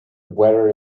weather